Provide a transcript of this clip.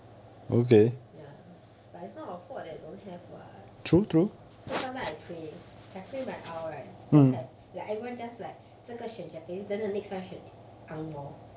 ya but it's not our fault that don't have what so sometime I pray I pray my aisle right don't have like everyone just like 这个选 japanese then the next one 选 angmoh